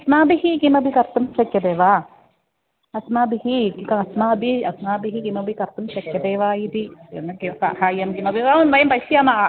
अस्माभिः किमपि कर्तुं शक्यते वा अस्माभिः अस्माभिः अस्माभिः किमपि कर्तुं शक्यते वा इति साहाय्यं किमपि वयं पश्यामः